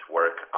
work